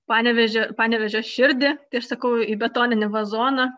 panevėžio panevėžio širdį tai aš sakau į betoninį vazoną